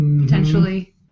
potentially